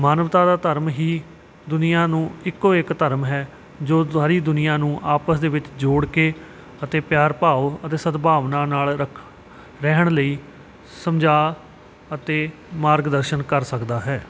ਮਾਨਵਤਾ ਦਾ ਧਰਮ ਹੀ ਦੁਨੀਆ ਨੂੰ ਇੱਕੋ ਇੱਕ ਧਰਮ ਹੈ ਜੋ ਸਾਰੀ ਦੁਨੀਆ ਨੂੰ ਆਪਸ ਦੇ ਵਿੱਚ ਜੋੜ ਕੇ ਅਤੇ ਪਿਆਰ ਭਾਵ ਅਤੇ ਸਦਭਾਵਨਾ ਨਾਲ ਰੱਖ ਰਹਿਣ ਲਈ ਸਮਝਾ ਅਤੇ ਮਾਰਗਦਰਸ਼ਨ ਕਰ ਸਕਦਾ ਹੈ